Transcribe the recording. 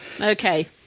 Okay